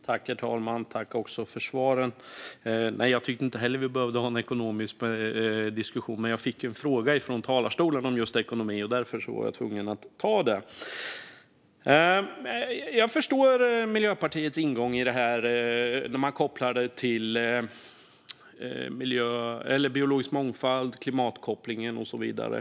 Herr talman! Jag tackar för svaren. Jag tycker inte heller att vi behöver ha en ekonomisk diskussion, men jag fick en fråga från talarstolen om just ekonomi. Därför var jag tvungen att ta den. Jag förstår Miljöpartiets ingång i det här. Man kopplar det till biologisk mångfald, klimatet och så vidare.